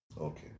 Okay